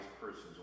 persons